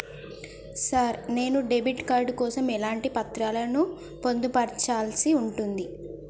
Sir నేను debit card కోసం ఎటువంటి పత్రాలను పొందుపర్చాల్సి ఉంటది?